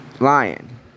Lion